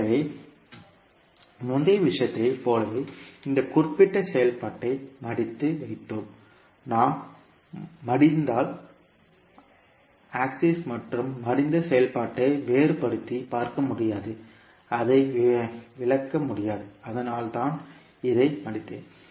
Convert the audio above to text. எனவே முந்தைய விஷயத்தைப் போலவே இந்த குறிப்பிட்ட செயல்பாட்டை மடித்து வைத்தோம் நாம் மடிந்தால் அசல் மற்றும் மடிந்த செயல்பாட்டை வேறுபடுத்திப் பார்க்க முடியாது அதை விளக்க முடியாது அதனால் தான் இதை மடித்தேன்